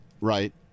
right